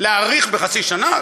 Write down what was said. להאריך בחצי שנה,